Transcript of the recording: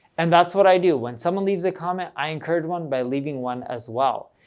and that's what i do. when someone leaves a comment, i encourage one by leaving one as well.